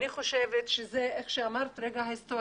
אני חושבת שזה איך שאמרת רגע ההיסטורי.